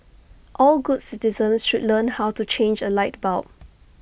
all good citizens should learn how to change A light bulb